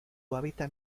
hábitat